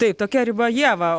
taip tokia riba ieva